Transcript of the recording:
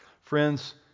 Friends